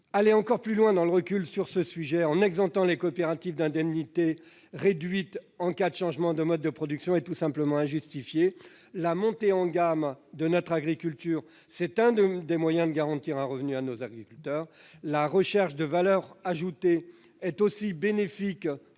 aller encore plus loin en exemptant les coopératives d'indemnités réduites en cas de changement de mode de production est tout simplement injustifié. La montée en gamme de notre agriculture est l'un des moyens de garantir un revenu à nos agriculteurs et la recherche de valeur ajoutée est également bénéfique